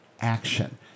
action